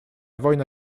wojna